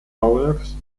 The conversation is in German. bauwerks